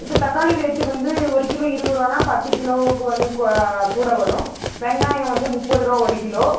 இந்த தக்காளி ரேட்டு வந்து ஒரு கிலோ இருபது ரூபானா பத்து கிலோவுக்கு வந்து கொ கூட வரும் வெங்காயம் வந்து முப்பது ரூபா ஒரு கிலோ